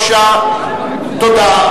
תודה.